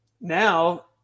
now